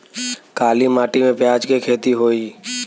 काली माटी में प्याज के खेती होई?